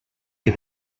que